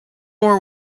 are